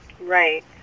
Right